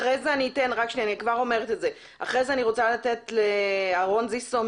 אחר כך אני רוצה לתת את רשות הדיבור לאהרון זיסו,